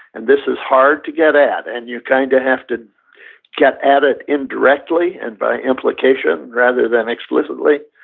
and this is hard to get at, and you kind of have to get at it indirectly and by implication rather than explicitly,